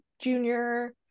junior